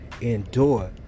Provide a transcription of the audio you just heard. endure